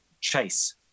chase